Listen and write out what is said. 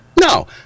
No